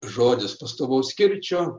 žodis pastovaus kirčio